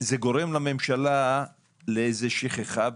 זה גורם לממשלה לאיזו שכחה,